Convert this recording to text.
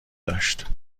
داشت